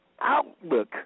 outlook